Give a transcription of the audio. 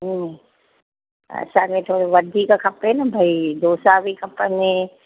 हा असांखे थोरो वधीक खपे न भई डोसा बि खपनि